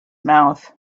mouth